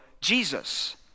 Jesus